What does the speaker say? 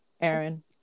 Aaron